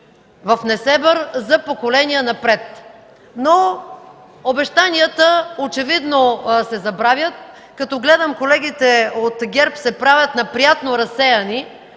в Несебър – за поколения напред. Но обещанията очевидно се забравят. Като гледам колегите от ГЕРБ се правят на приятно разсеяни,